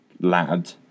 lad